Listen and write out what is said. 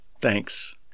thanks